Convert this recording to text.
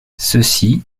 ceci